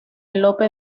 lope